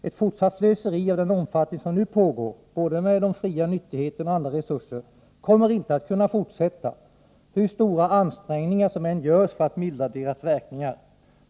Ett fortsatt slöseri av den omfattning som nu pågår, både med de ”fria nyttigheterna” och andra resurser, kommer inte att kunna fortsätta, hur stora ansträngningar som än görs för att mildra dess verkningar.